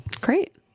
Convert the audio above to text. Great